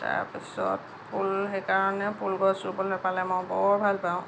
তাৰ পিছত ফুল সেইকাৰণে ফুল গছ ৰুবলৈ পালে মই বৰ ভাল পাওঁ